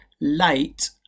late